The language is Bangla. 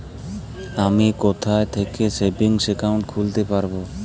আমি কোথায় থেকে সেভিংস একাউন্ট খুলতে পারবো?